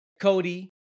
Cody